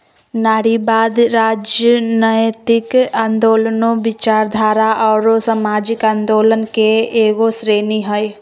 नारीवाद, राजनयतिक आन्दोलनों, विचारधारा औरो सामाजिक आंदोलन के एगो श्रेणी हइ